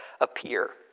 appear